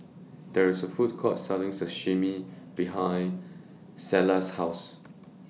There IS A Food Court Selling Sashimi behind Selah's House